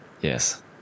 Yes